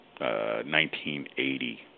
1980